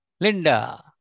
Linda